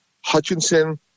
Hutchinson